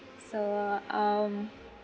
so um